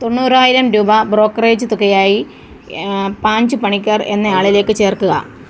തൊണ്ണൂറായിരം രൂപ ബ്രോക്കറേജ് തുകയായി പാഞ്ച് പണിക്കർ എന്നയാളിലേക്ക് ചേർക്കുക